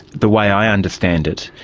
the way i understand it,